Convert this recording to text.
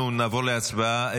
אנחנו נעבור להצבעה.